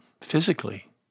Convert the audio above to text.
physically